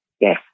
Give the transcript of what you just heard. Yes